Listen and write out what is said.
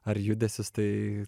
ar judesius tai